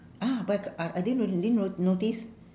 ah but I ca~ I I didn't really didn't no~ notice